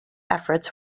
efforts